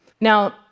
Now